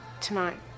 Tonight